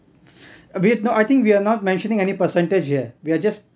we're I think we are not mentioning any percentage here we are just